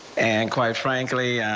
and quite frankly